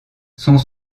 sont